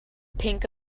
pink